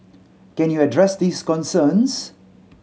can you address these concerns